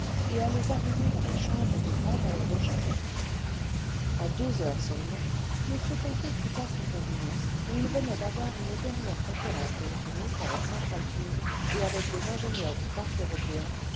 et à les arrimer dans les chambres du grand aéro chalet a deux heures seulement m ponto quitta son cabinet où il venait d'avoir une dernière conférence téléphonique avec central tube et avec les ingénieurs du parc européen